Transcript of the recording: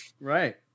Right